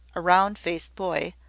a round-faced boy,